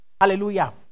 Hallelujah